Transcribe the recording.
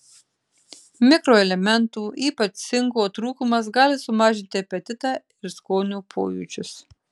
mikroelementų ypač cinko trūkumas gali sumažinti apetitą ir skonio pojūčius